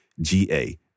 G-A